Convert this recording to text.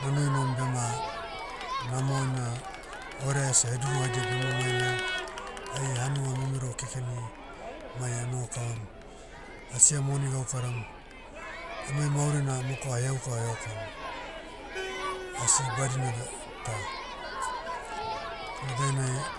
Na noinom bema, namo ena, orea ese heduru haidia bema mailai, ai hanua memero kekeni, mai anoho kavam, asia moni gaukaram. Emai mauri na moko aheau ka heau kam. Asi badina da- ta. Na dainai,